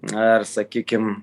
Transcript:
ar sakykim